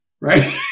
right